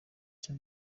nshya